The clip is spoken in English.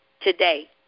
today